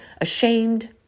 ashamed